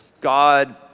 God